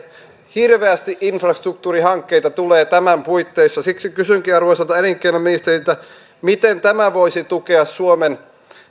hirveästi infrastruktuurihankkeita tulee tämän puitteissa siksi kysynkin arvoisalta elinkeinoministeriltä miten tämä voisi tukea suomen